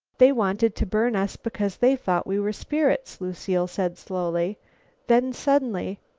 they wanted to burn us because they thought we were spirits, lucile said slowly then suddenly,